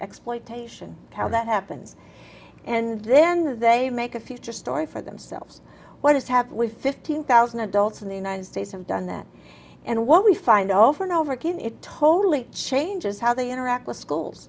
exploitation how that happens and then they make a future story for themselves what is have we fifteen thousand adults in the united states have done that and what we find over and over again it totally changes how they interact with schools